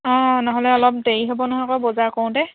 অঁ নহ'লে অলপ দেৰি হ'ব নহয় আকৌ বজাৰ কৰোতে